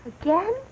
Again